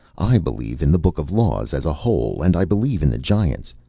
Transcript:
i believe in the book of laws as a whole, and i believe in the giants.